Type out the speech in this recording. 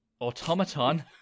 automaton